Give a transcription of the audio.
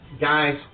guys